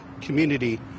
community